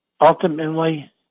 Ultimately